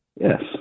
Yes